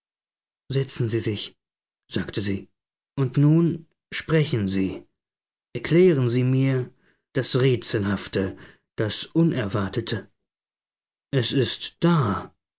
setzen sie sich sagte sie und nun sprechen sie erklären sie mir das rätselhafte das unerwartete es ist da